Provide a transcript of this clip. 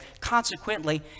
Consequently